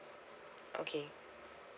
okay